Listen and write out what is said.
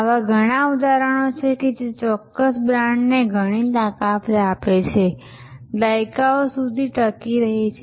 આવા ઘણા ઉદાહરણો છે જે તે ચોક્કસ બ્રાન્ડને ઘણી તાકાત આપે છે દાયકાઓ સુધી ટકી રહી છે